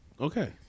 Okay